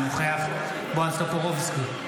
אינו נוכח בועז טופורובסקי,